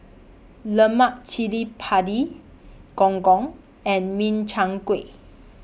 Lemak Cili Padi Gong Gong and Min Chiang Kueh